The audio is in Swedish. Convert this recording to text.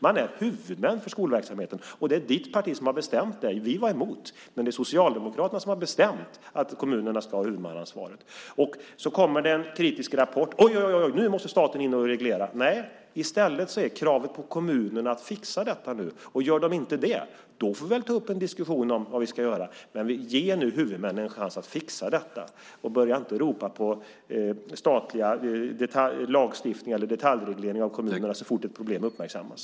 Man är huvudman för skolverksamheten, och det är ditt parti som har bestämt det. Vi var emot det, men det är Socialdemokraterna som har bestämt att kommunerna ska ha huvudmannaansvaret. Och så kommer det en kritisk rapport, och då blir reaktionen: Oj oj oj, nu måste staten in och reglera! Nej, i stället är kravet på kommunerna att fixa detta nu. Gör de inte det får vi ta upp en diskussion om vad vi ska göra, men vi ger nu huvudmännen en chans att fixa detta. Börja inte ropa på statlig lagstiftning eller detaljregleringar av kommunerna så fort ett problem uppmärksammas!